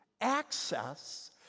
access